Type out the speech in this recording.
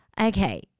Okay